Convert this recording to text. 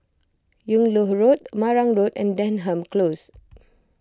Yung Loh Road Marang Road and Denham Close